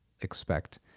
expect